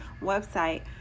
website